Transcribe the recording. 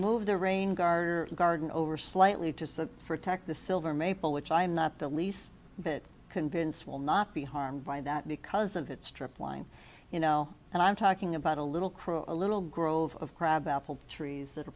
move the rain guard or the guard over slightly to protect the silver maple which i'm not the least bit convinced will not be harmed by that because of its drip line you know and i'm talking about a little crow a little grove of crab apple trees that are